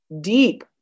deep